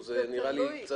זה תלוי.